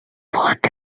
want